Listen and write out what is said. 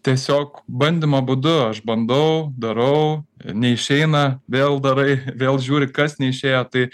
tiesiog bandymo būdu aš bandau darau neišeina vėl darai vėl žiūri kas neišėjo tai